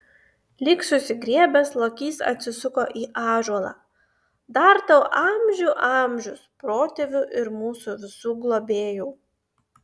lyg susigriebęs lokys atsisuko į ąžuolą dar tau amžių amžius protėvių ir mūsų visų globėjau